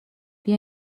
بیا